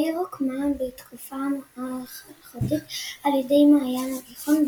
העיר הוקמה בתקופה הכלכוליתית על יד מעין הגיחון,